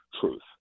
truth